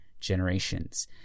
generations